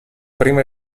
primo